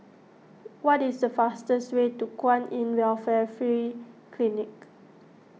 what is the fastest way to Kwan in Welfare Free Clinic